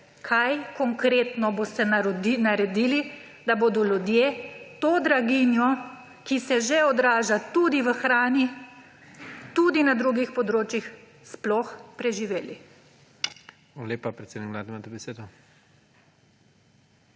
Kaj konkretno boste naredili, da bodo ljudje to draginjo, ki se že odraža tudi pri ceni hrane in na drugih področjih, sploh preživeli?